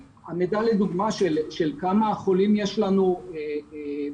לדוגמה המידע של כמה חולים יש לנו לפי